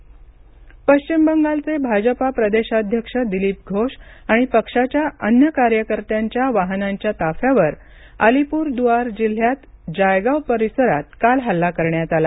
पश्चिम बंगाल पश्चिम बंगालचे भाजपा प्रदेशाध्यक्ष दिलीप घोष आणि पक्षाच्या अन्य कार्यकर्त्यांच्या वाहनांच्या ताफ्यावर अलीपूरदुआर जिल्ह्यात जायगाव परिसरात काल हल्ला करण्यात आला